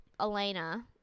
Elena